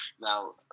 Now